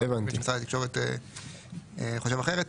אבל אני מבין שמשרד התקשורת חושב אחרת.